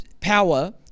power